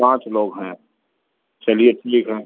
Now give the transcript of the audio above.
पाँच लोग हैं चलिए ठीक है